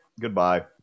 Goodbye